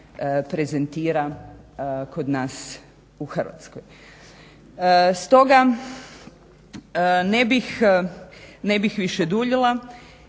prezentira kod nas u Hrvatskoj. Stoga ne bih više duljila